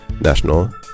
National